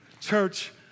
Church